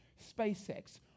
SpaceX